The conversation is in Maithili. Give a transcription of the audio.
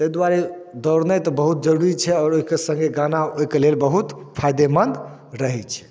ताहि दुआरे दौड़नाइ तऽ बहुत जरूरी छै आओर ओहिके सङ्गे गाना ओहिके लेल बहुत फाइदेमन्द रहै छै